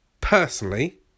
personally